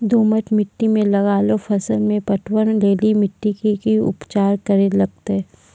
दोमट मिट्टी मे लागलो फसल मे पटवन लेली मिट्टी के की उपचार करे लगते?